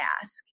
ask